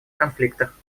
конфликтах